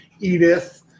Edith